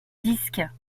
disques